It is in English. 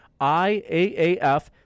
IAAF